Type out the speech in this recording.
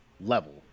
level